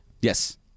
Yes